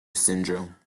syndrome